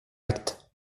acte